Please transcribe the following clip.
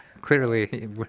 Clearly